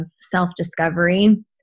self-discovery